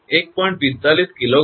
તેથી 𝑊𝑖 1